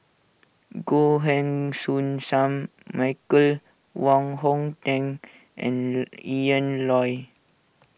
Goh Heng Soon Sam Michael Wong Hong Teng and Ian Loy